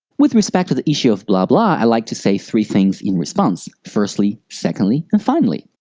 with respect to the issue of blabla, i'd like to say three things in response, firstly, secondly, and finally.